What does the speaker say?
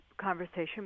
conversation